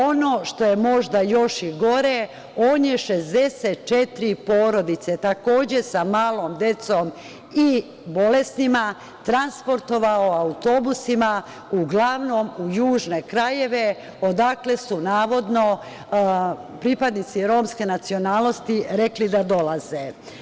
Ono što je još gore, on je takođe 64 porodice sa malom decom i bolesnima transportovao autobusima, uglavnom u južne krajeve odakle su navodno pripadnici romske nacionalnosti rekli da dolaze.